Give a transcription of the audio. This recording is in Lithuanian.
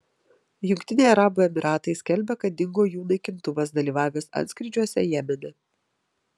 jungtiniai arabų emyratai skelbia kad dingo jų naikintuvas dalyvavęs antskrydžiuose jemene